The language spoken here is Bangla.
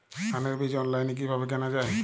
ধানের বীজ অনলাইনে কিভাবে কেনা যায়?